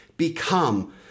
Become